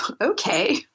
okay